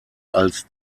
als